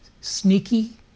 sneaky